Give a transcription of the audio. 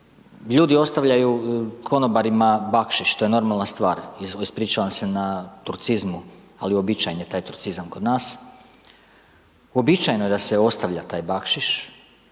Ljudi ostavljaju konobarima bakšiš, to je normalna stvar, ispričavam vam se na turcizmu, ali uobičajen je taj turcizam kod nas. Uobičajeno je da se ostavlja taj bakšiš,